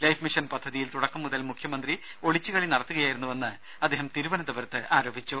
life mission പദ്ധതിയിൽ തുടക്കം മുതൽ മുഖ്യമന്ത്രി ഒളിച്ചുകളി നടത്തുകയായിരുന്നുവെന്ന് അദ്ദേഹം തിരുവനന്തപുരത്ത് ആരോപിച്ചു